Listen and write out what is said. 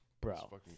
Bro